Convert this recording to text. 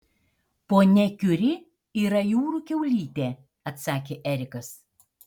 ponia kiuri yra jūrų kiaulytė atsakė erikas